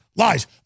lies